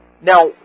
Now